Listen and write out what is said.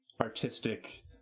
artistic